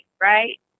right